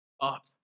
up